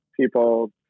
people